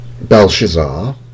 Belshazzar